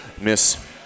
Miss